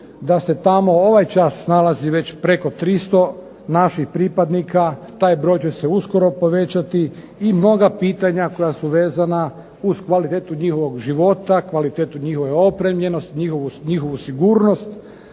da se tamo ovaj čas nalazi preko 300 naših pripadnika. Taj broj će se uskoro povećati i mnoga pitanja koja su vezana uz kvalitetu njihovog života, kvalitetu njihove opremljenosti, njihovu sigurnost